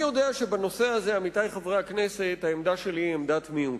אני יודע שבנושא זה עמדתי היא עמדת מיעוט,